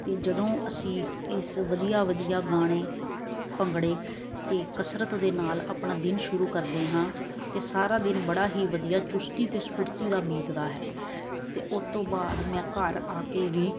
ਅਤੇ ਜਦੋਂ ਅਸੀਂ ਇਸ ਵਧੀਆ ਵਧੀਆ ਗਾਣੇ ਭੰਗੜੇ ਅਤੇ ਕਸਰਤ ਦੇ ਨਾਲ ਆਪਣਾ ਦਿਨ ਸ਼ੁਰੂ ਕਰਦੇ ਹਾਂ ਤਾਂ ਸਾਰਾ ਦਿਨ ਬੜਾ ਹੀ ਵਧੀਆ ਚੁਸਤੀ ਅਤੇ ਸਫੁਰਤੀ ਦਾ ਬੀਤਦਾ ਹੈ ਅਤੇ ਉਹ ਤੋਂ ਬਾਅਦ ਮੈਂ ਘਰ ਆ ਕੇ ਵੀ